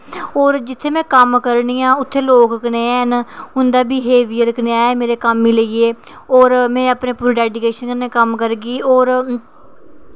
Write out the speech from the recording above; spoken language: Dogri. होर जित्थै में कम्म करनी आं उत्थै लोग कनेह् न उंदा कनेहा ऐ मेरे कम्म गी लेइयै होर में अपने पूरे डेडीकेशन कन्नै कम्म करगी होर